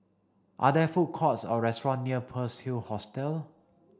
are there food courts or restaurants near Pearl's Hill Hostel